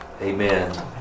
Amen